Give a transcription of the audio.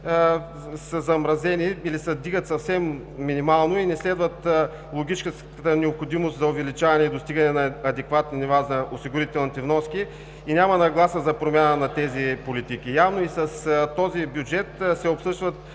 са замразени или се вдигат съвсем минимално и не следват логическата необходимост за увеличаване и достигане на адекватни нива за осигурителните вноски, и няма нагласа за промяна на тези политики. Явно и с този бюджет се обслужват